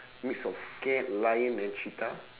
mix of cat lion and cheetah